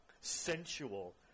sensual